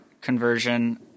conversion